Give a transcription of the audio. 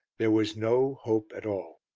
there was no hope at all.